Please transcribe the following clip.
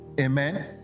amen